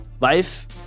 life